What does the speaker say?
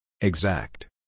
Exact